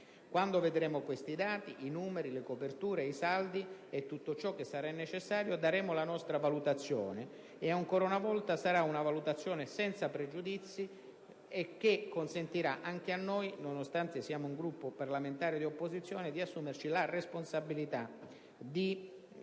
Quando vedremo questi dati, i numeri, le coperture, i saldi e tutto quanto necessario, daremo la nostra valutazione e, ancora una volta, sarà una valutazione scevra da pregiudizi, che consentirà anche a noi, nonostante siamo un Gruppo parlamentare di opposizione, di assumerci la responsabilità di